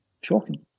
Shocking